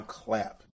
clap